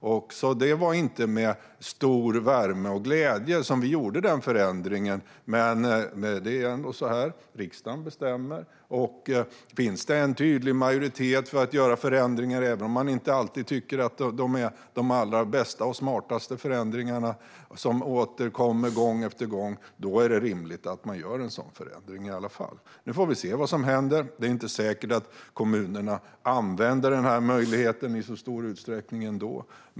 Det var inte med stor värme och glädje vi gjorde den förändringen, men det är ändå så att riksdagen bestämmer. Finns det en tydlig majoritet för att göra förändringar, även om man inte alltid tycker att det är de allra bästa och smartaste förändringarna som återkommer gång efter gång, är det rimligt att man genomför en sådan förändring. Nu får vi se vad som händer; det är inte säkert att kommunerna använder den här möjligheten i så stor utsträckning ändå.